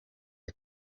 izi